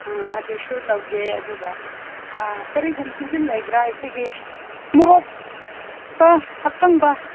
ꯎꯝ ꯑꯗꯨꯁꯨ ꯂꯧꯒꯦ ꯑꯗꯨꯒ ꯀꯔꯤꯒꯨꯝꯕꯗꯨꯗꯤ ꯂꯩꯕ꯭ꯔ ꯑꯩꯈꯣꯏꯒꯤ ꯃꯣꯔꯣꯛ ꯑꯅꯪꯕ